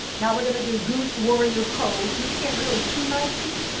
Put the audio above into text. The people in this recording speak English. now we're going to do goose warrior pose. you can't really see my feet,